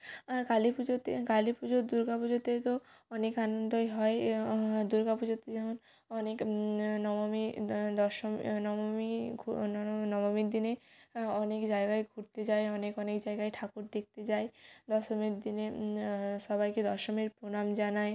কালী পুজোতে কালী পুজো দুর্গা পুজোতে তো অনেক আনন্দই হয় দুর্গা পুজোর দিন যেমন অনেক নবমী দশমী নবমী ঘু নবমীর দিনে অনেক জায়গায় ঘুরতে যাই অনেক অনেক জায়গায় ঠাকুর দেখতে যাই দশমীর দিনে সবাইকে দশমীর প্রণাম জানাই